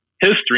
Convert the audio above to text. history